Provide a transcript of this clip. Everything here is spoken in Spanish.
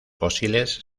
fósiles